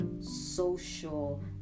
social